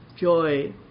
Joy